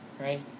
right